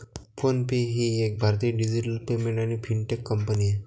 phone पे ही एक भारतीय डिजिटल पेमेंट आणि फिनटेक कंपनी आहे